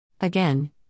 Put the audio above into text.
Again